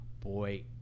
boy